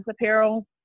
apparel